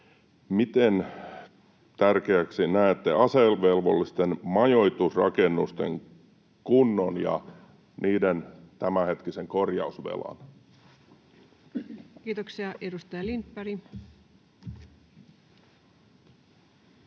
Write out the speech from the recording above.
miten tärkeäksi näette asevelvollisten majoitusrakennusten kunnon ja niiden tämänhetkisen korjausvelan? Kiitoksia. — Edustaja Lindberg. Arvoisa